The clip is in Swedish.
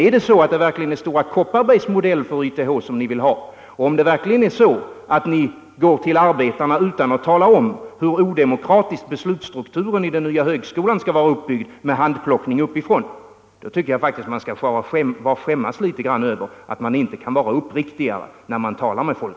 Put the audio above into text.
Är det Stora Kopparbergs modell som ni vill ha, och går ni verkligen till arbetarna utan att tala om hur odemokratisk beslutsstrukturen i den nya högskolan skall vara uppbyggd med handplockning uppifrån, då tycker jag faktiskt att man skall skämmas litet grand över att man inte kan vara mera uppriktig när man talar med folk.